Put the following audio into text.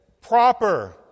proper